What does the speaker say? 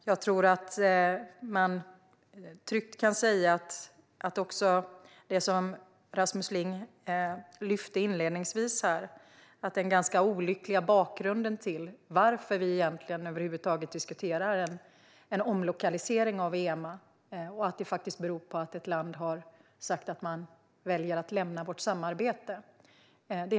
Jag tror att man tryggt kan säga att den olyckliga bakgrunden är det som Rasmus Ling lyfte upp inledningsvis, nämligen att vi över huvud taget diskuterar en omlokalisering av EMA beror på att ett land väljer att lämna vårt samarbete.